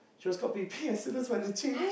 shows got be pear so that's what they change